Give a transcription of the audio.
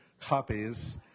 copies